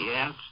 Yes